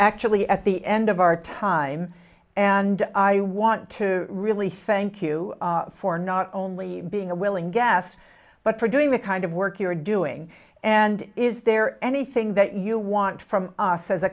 actually at the end of our time and i want to really thank you for not only being a willing gas but for doing the kind of work you're doing and is there anything that you want from us as a